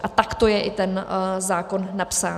A takto je i ten zákon napsán.